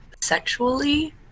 sexually